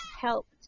helped